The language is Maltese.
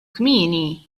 kmieni